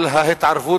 על ההתערבות,